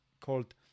called